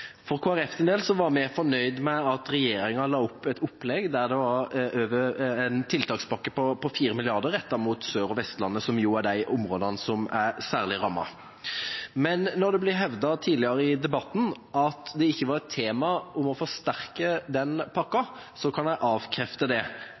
For Kristelig Folkepartis del var vi fornøyd med at regjeringa la opp et opplegg der det var en tiltakspakke på 4 mrd. kr rettet mot Sør- og Vestlandet, som jo er de områdene som er særlig rammet. Men det ble hevdet tidligere i debatten at det ikke var et tema å forsterke den